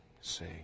say